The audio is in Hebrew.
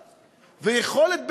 ויכולת,